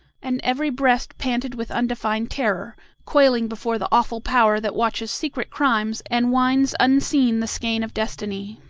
and every breast panted with undefined terror, quailing before the awful power that watches secret crimes and winds unseen the skein of destiny.